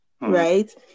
right